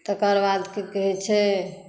तकरबाद की कहै छै